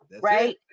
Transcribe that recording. right